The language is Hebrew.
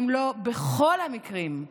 אם לא בכל המקרים,